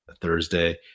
Thursday